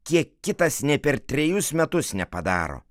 kiek kitas nei per trejus metus nepadaro